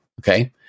Okay